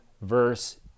verse